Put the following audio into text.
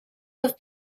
los